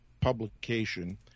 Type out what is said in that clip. publication